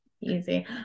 Easy